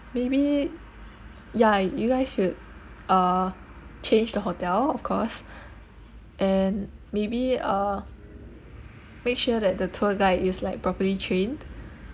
maybe ya you guys should uh change the hotel of course and maybe uh make sure that the tour guide is like properly trained